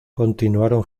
continuaron